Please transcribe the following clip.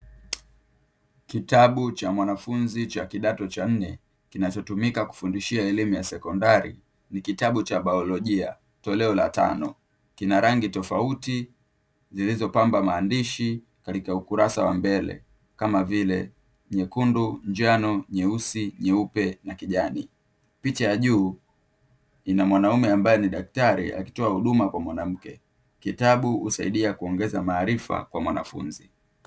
Kitabu cha mwanafunzi cha kidato cha nne, kinachotumika kufundishia elimu ya sekondari. Ni kitabu cha biolojia, toleo la tano. Kina rangi tofauti zilizopamba maandishi katika ukurasa wa mbele kama vile; nyekundu, njano, nyeusi, nyeupe na kijani. Picha ya juu ina mwanaume ambaye ni daktari akitoa huduma kwa mwanamke, kitabu husaidia kutoa maarifa kwa mwanafunzi.